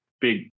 big